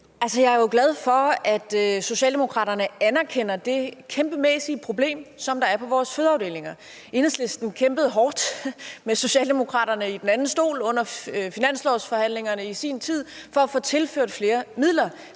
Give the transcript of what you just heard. Jeg er jo altså glad for, at Socialdemokratiet anerkender det kæmpemæssige problem, som der er på vores fødeafdelinger. Enhedslisten kæmpede i sin tid hårdt med Socialdemokratiet i den anden stol under finanslovsforhandlingerne for at få tilført flere midler